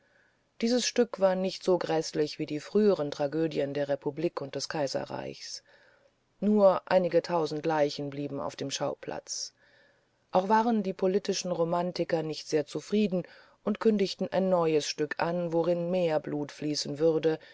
dieses stück war nicht so gräßlich wie die früheren tragödien der republik und des kaiserreichs nur einige tausend leichen blieben auf dem schauplatz auch waren die politischen romantiker nicht sehr zufrieden und kündigten ein neues stück an worin mehr blut fließen würde